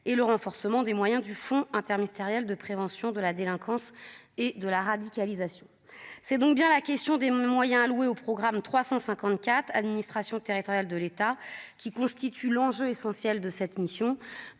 et le renforcement des moyens du fonds interministériel de prévention de la délinquance et de la radicalisation, c'est donc bien la question des moyens alloués au programme 354 administration territoriale de l'État, qui constitue l'enjeu essentiel de cette mission,